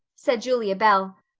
said julia bell,